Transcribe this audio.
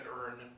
earn